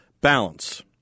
BALANCE